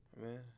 Man